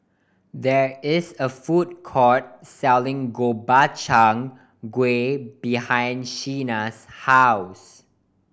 there is a food court selling Gobchang Gui behind Shena's house